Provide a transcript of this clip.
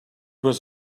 was